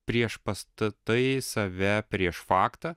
prieš pastatai save prieš faktą